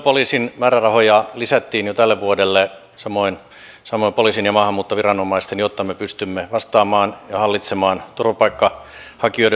suojelupoliisin määrärahoja lisättiin jo tälle vuodelle samoin poliisin ja maahanmuuttoviranomaisten jotta me pystymme vastaamaan turvapaikanhakijoiden suureen määrään ja hallitsemaan sitä